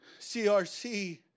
crc